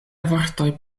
vortoj